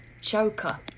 Joker